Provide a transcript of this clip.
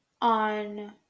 on